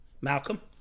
Malcolm